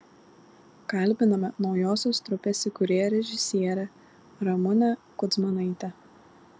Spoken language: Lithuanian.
kalbiname naujosios trupės įkūrėją režisierę ramunę kudzmanaitę